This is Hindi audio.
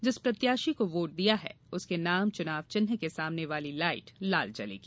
जिस प्रत्याशी को वोट दिया है उसके नाम चुनाव चिन्ह के सामने वाली लाइट लाल जलेगी